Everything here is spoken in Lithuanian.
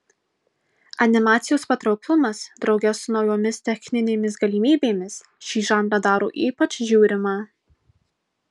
animacijos patrauklumas drauge su naujomis techninėmis galimybėmis šį žanrą daro ypač žiūrimą